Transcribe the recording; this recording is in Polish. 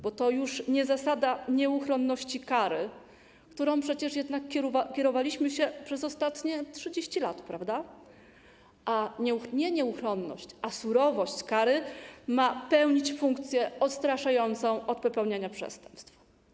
Bo to już nie zasada nieuchronności kary, którą przecież jednak kierowaliśmy się przez ostatnie 30 lat, nie nieuchronność a surowość kary ma pełnić funkcję odstraszającą od popełniania przestępstw.